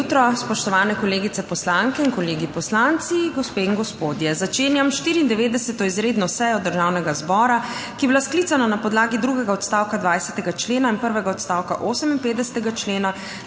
jutro, spoštovane kolegice poslanke in kolegi poslanci, gospe in gospodje! Začenjam 94. izredno sejo Državnega zbora, ki je bila sklicana na podlagi drugega odstavka 20. člena in prvega odstavka 58. člena